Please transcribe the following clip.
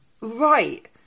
Right